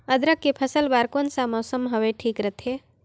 अदरक के फसल बार कोन सा मौसम हवे ठीक रथे?